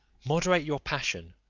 moderate your passion,